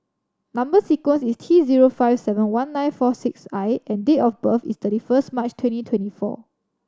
number sequence is T zero five seven one nine four six I and date of birth is thirty first March twenty twenty four